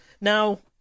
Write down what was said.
Now